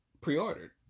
pre-ordered